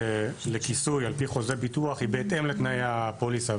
לכיסוי על פי חוזה ביטוח היא בהתאם לתנאי הפוליסה.